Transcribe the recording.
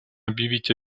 объявить